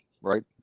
right